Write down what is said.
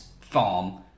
farm